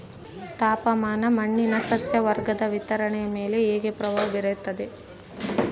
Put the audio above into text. ತಾಪಮಾನ ಮಣ್ಣಿನ ಸಸ್ಯವರ್ಗದ ವಿತರಣೆಯ ಮೇಲೆ ಹೇಗೆ ಪ್ರಭಾವ ಬೇರುತ್ತದೆ?